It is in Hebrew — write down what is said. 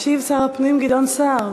ישיב שר הפנים גדעון סער.